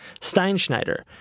Steinschneider